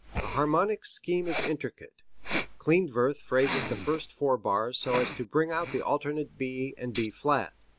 the harmonic scheme is intricate klindworth phrases the first four bars so as to bring out the alternate b and b flat.